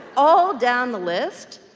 all down the list,